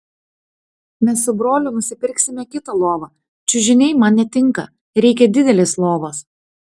mes su broliu nusipirksime kitą lovą čiužiniai man netinka reikia didelės lovos